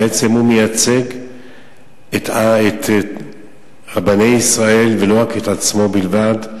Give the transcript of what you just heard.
בעצם הוא מייצג את רבני ישראל ולא את עצמו בלבד,